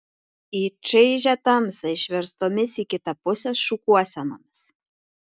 į čaižią tamsą išverstomis į kitą pusę šukuosenomis